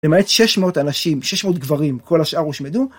למעט 600 אנשים, 600 גברים, כל השאר הושמדו.